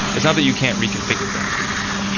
it's not that you can't reconfigure things, for example